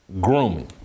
Grooming